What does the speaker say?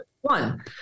one